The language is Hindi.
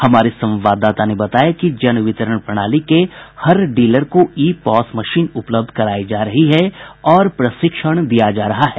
हमारे संवाददाता ने बताया कि जन वितरण प्रणाली के हर डीलर को ई पॉस मशीन उपलब्ध करायी जा रही है और प्रशिक्षण दिया जा रहा है